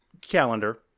calendar